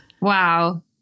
Wow